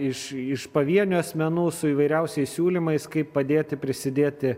iš iš pavienių asmenų su įvairiausiais siūlymais kaip padėti prisidėti